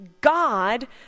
God